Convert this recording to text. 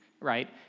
right